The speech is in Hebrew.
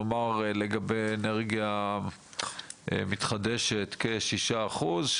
נאמר לגבי אנרגיה מתחדשת כשישה אחוז,